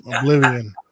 Oblivion